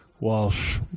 Walsh